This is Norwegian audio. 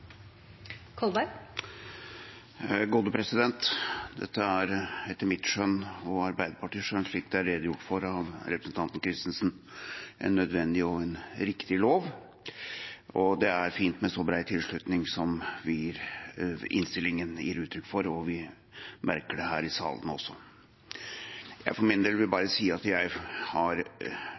etter mitt og Arbeiderpartiets skjønn, slik det er redegjort for av representanten Christensen, en nødvendig og riktig lov. Det er fint med så bred tilslutning som innstillingen gir uttrykk for, og vi merker det også her i salen. Jeg for min del vil bare si at jeg personlig har